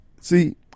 See